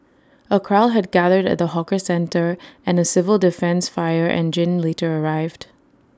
A crowd had gathered at the hawker centre and A civil defence fire engine later arrived